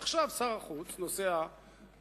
עכשיו שר החוץ נוסע לרוסיה,